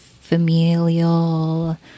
familial